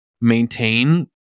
maintain